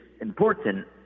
important